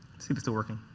still working?